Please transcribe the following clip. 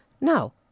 No